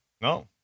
no